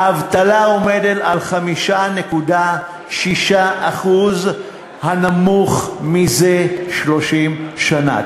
האבטלה עומדת על 5.6% הנמוכה מזה 30 שנה.